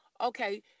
Okay